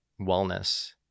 wellness